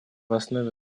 основе